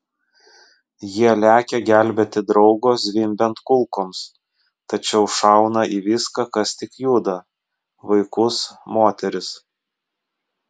jie lekia gelbėti draugo zvimbiant kulkoms tačiau šauna į viską kas tik juda vaikus moteris